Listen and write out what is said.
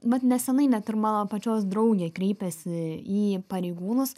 vat nesenai net ir mano pačios draugė kreipėsi į pareigūnus